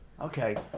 Okay